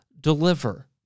deliver